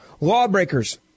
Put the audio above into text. lawbreakers